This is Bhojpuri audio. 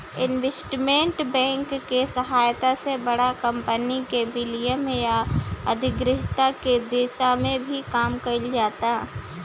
इन्वेस्टमेंट बैंक के सहायता से बड़ कंपनी के विलय आ अधिग्रहण के दिशा में भी काम कईल जाता